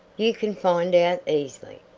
you can find out easily.